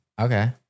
Okay